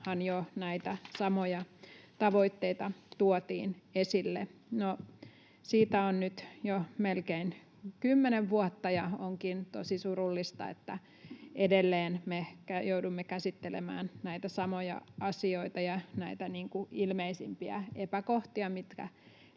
jo näitä samoja tavoitteita tuotiin esille. Siitä on nyt jo melkein kymmenen vuotta, ja onkin tosi surullista, että edelleen me joudumme käsittelemään näitä samoja asioita ja näitä ilmeisimpiä epäkohtia, mitkä